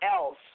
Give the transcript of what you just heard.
else